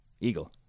Eagle